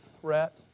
threat